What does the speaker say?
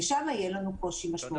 ושם יהיה לנו קושי משמעותי.